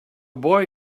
boy